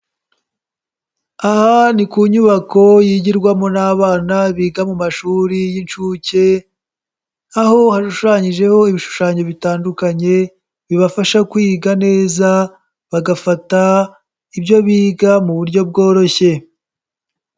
Aha ni ku nyubako yigirwamo n'abana biga mu mashuri y'inshuke, aho hashushanyijeho ibishushanyo bitandukanye bibafasha kwiga neza bagafata ibyo biga mu buryo bworoshye.